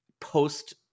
post